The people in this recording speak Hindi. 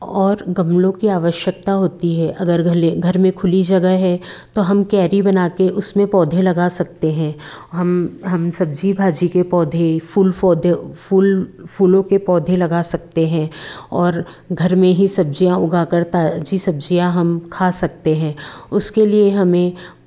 और गमलों की आवश्यकता होती है अगर घले घर में खुली जगह है तो हम क्यारी बनाकर उसमें पौधे लगा सकते हैं हम हम सब्जी भाजी के पौधे फूल पौधे फूल फूलों के पौधे लगा सकते हैं और घर में ही सब्जियाँ उगा कर ताजी सब्जियाँ हम खा सकते हैं उसके लिए हमें